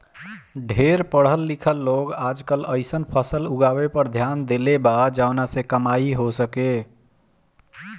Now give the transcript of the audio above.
ढेर पढ़ल लिखल लोग आजकल अइसन फसल उगावे पर ध्यान देले बा जवना से कमाई हो सके